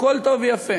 הכול טוב ויפה.